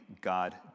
God